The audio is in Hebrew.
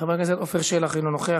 חבר הכנסת עפר שלח, אינו נוכח.